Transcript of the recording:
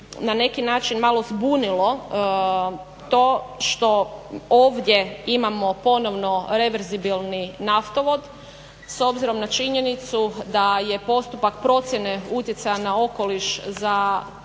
na neki način malo zbunilo to što ovdje imamo ponovno reverzibilni naftovod s obzirom na činjenicu da je postupak procjene utjecaja na okoliš za